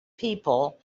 people